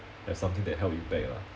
have something that held you back ah